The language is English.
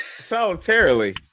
Solitarily